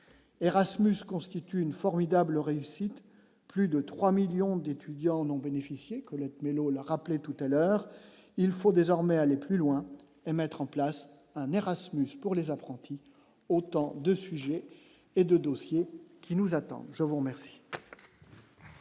Erasmus constitue une formidable réussite, plus de 3 millions du tout. Il y en ont bénéficié, Colette Mélot l'a rappelé tout à l'heure, il faut désormais aller plus loin et mettre en place un Erasmus pour les apprentis, autant de sujets et de dossiers qui nous attend, je vous remercie.